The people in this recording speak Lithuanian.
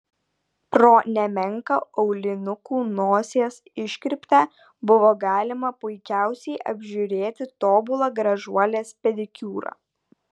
pro nemenką aulinukų nosies iškirptę buvo galima puikiausiai apžiūrėti tobulą gražuolės pedikiūrą